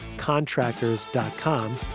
Contractors.com